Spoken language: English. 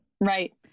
Right